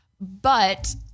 But-